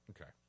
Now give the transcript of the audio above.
Okay